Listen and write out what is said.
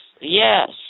yes